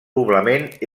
poblament